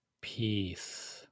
Peace